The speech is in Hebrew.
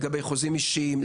לגבי חוזים אישיים,